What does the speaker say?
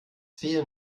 fehlen